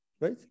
right